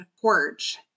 porch